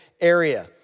area